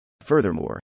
Furthermore